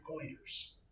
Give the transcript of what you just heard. Pointers